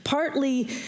partly